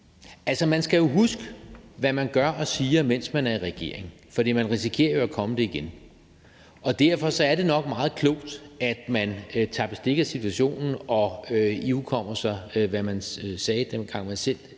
at man skal huske, hvad man gør og siger, mens man er i regering, for man risikerer jo at komme det igen. Og derfor er det nok meget klogt, at man tager bestik af situationen og ihukommer, hvad man sagde, dengang man